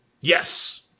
yes